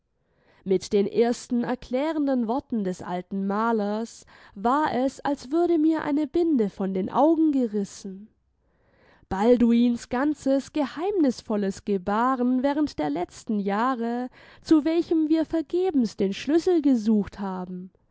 mit den ersten erklärenden worten des alten malers war es als würde mir eine binde von den augen gerissen balduins ganzes geheimnisvolles gebaren während der letzten jahre zu welchem wir vergebens den schlüssel gesucht haben